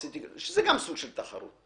שזה גם סוג של תחרות,